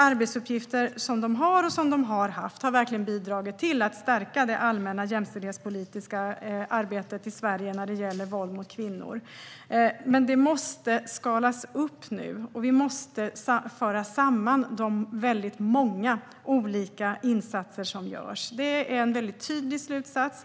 Arbetsuppgifterna som centrumet har och har haft har verkligen bidragit till att stärka det allmänna jämställdhetspolitiska arbetet i Sverige när det gäller våld mot kvinnor. Arbetet måste skalas upp, och vi måste föra samman de många olika insatser som görs. Det är en tydlig slutsats.